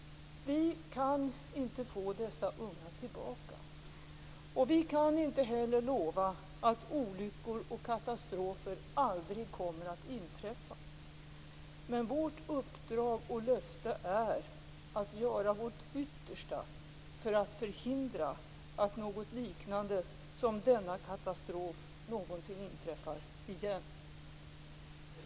Vi kan inte få dessa unga tillbaka. Vi kan inte heller lova att olyckor och katastrofer aldrig kommer att inträffa. Men vårt uppdrag och löfte är att göra vårt yttersta för att förhindra att något liknande denna katastrof någonsin inträffar igen.